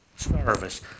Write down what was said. service